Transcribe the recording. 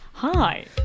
Hi